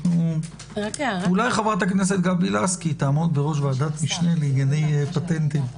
אולי חברת הכנסת גבי לסקי תעמוד בראש ועדת משנה לענייני פטנטים.